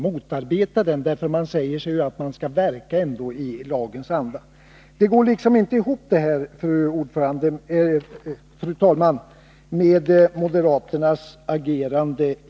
Man säger sig ju ändå verka i lagens anda. Det här med moderaternas agerande, fru talman, går inte ihop.